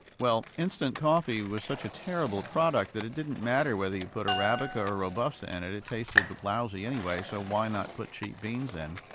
well instant coffee was such a terrible product that it didn't matter whether you put arabica or robusta in and it, it tasted lousy anyway, so why not put cheap beans in.